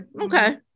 Okay